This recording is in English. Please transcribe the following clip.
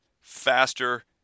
faster